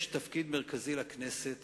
יש תפקיד מרכזי לכנסת